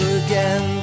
again